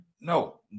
no